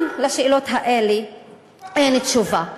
גם על השאלות האלה אין תשובה.